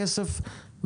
קטנה